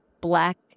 black